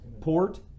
port